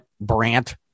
Brant